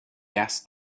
asked